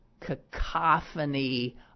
cacophony